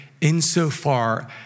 insofar